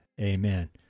Amen